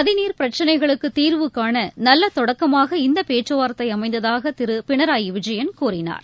நதிநீர் பிரச்சினைகளுக்கு தீர்வு காண நல்ல தொடக்கமாக இந்த பேச்சுவார்த்தை அமைந்ததாக திரு பினராயி விஜயன் கூறினார்